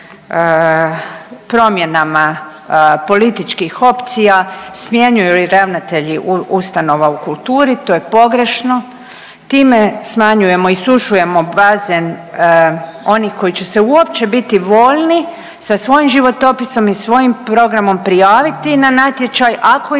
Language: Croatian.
promjenama političkih opcija smjenjuju i ravnatelji ustanova u kulturi to je pogrešno. Time smanjujemo, isušujemo baze onih koji će se uopće biti voljni sa svojim životopisom i svojim programom prijaviti na natječaj ako im